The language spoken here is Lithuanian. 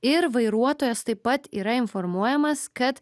ir vairuotojas taip pat yra informuojamas kad